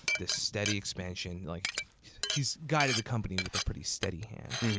this steady expansion, like he's guided the company with a pretty steady hand.